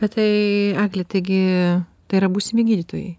bet tai egle taigi tai yra būsimi gydytojai